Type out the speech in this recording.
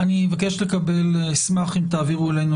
אני חושבת שאם זה עוזר גם אישה אחת אז ודאי שצריך להחיל.